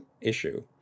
issue